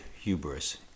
hubris